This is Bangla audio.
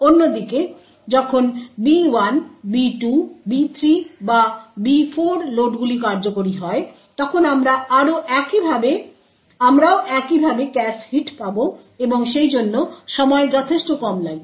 অন্যদিকে যখন B1 B2 B3 বা B4 লোডগুলি কার্যকরি হয় তখন আমরাও একইভাবে ক্যাশ হিট পাব এবং সেইজন্য সময় যথেষ্ট কম লাগবে